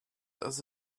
does